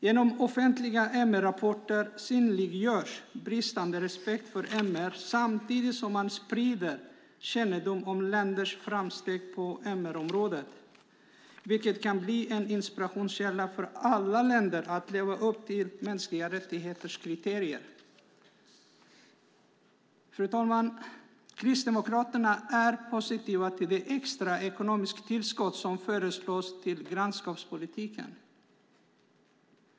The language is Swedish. Genom offentliga MR-rapporter synliggörs bristande respekt för MR samtidigt som man sprider kännedom om länders framsteg på MR-området, vilket kan bli en inspiration för alla länder att leva upp till kriterierna för mänskliga rättigheter. Kristdemokraterna är positiva till det extra ekonomiska tillskott som föreslås till grannskapspolitiken.